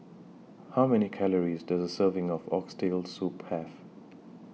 How Many Calories Does A Serving of Oxtail Soup Have